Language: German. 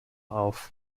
auf